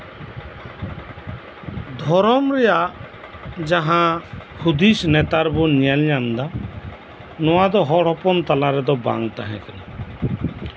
ᱫᱷᱚᱨᱚᱢ ᱨᱮᱭᱟᱜ ᱡᱟᱸᱦᱟ ᱦᱩᱫᱤᱥ ᱱᱮᱛᱟᱨ ᱵᱱᱚᱱ ᱧᱮᱞ ᱧᱟᱢ ᱮᱫᱟ ᱱᱚᱣᱟ ᱫᱚ ᱦᱚᱲ ᱦᱚᱯᱚᱱ ᱛᱟᱞᱟ ᱨᱮᱫᱚ ᱵᱟᱝ ᱛᱟᱸᱦᱮ ᱠᱟᱱᱟ